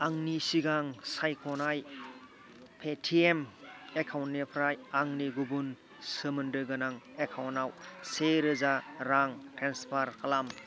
आंनि सिगां सायख'नाय पेटिएम एकाउन्टनिफ्राय आंनि गुबुन सोमोन्दो गोनां एकाउन्टाव सेरोजा रां ट्रेन्सफार खालाम